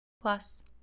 plus